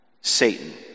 Satan